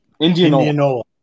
indianola